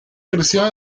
creció